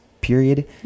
period